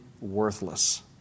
worthless